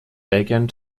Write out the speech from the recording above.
belgien